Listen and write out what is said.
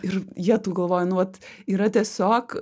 ir jetau galvoji nu vat yra tiesiog